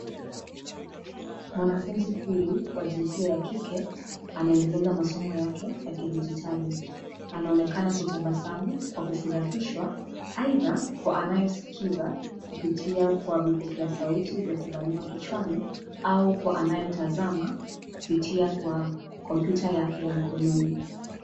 Mwanafunzi huyu wa jinsia ya kike anaendeleza masomo yake ya kidijitali, anaonekana kutabasamu kwa kufurahishwa aidha kwa anayesikiza kupitia kwa vipokea sauti vya kubaniwa kichwani au kwa anayotazama kupitia kwa kompyuta yake ya mkononi.